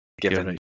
Given